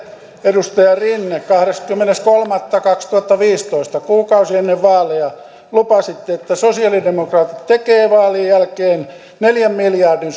edustaja rinne kahdeskymmenes kolmatta kaksituhattaviisitoista kuukausi ennen vaaleja lupasitte että sosialidemokraatit tekevät vaalien jälkeen neljän miljardin